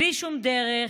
בלי שום דרך,